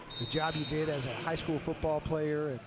the job you did as a high school football player,